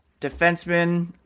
defenseman